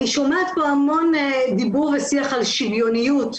אני שומעת פה המון דיבור ושיח על שוויוניות.